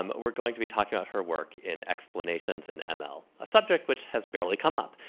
um we're going to be talking about her work in explanations and and ml, a subject which has barely come up.